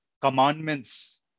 commandments